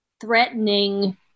threatening